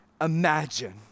imagine